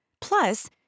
Plus